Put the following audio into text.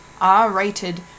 R-rated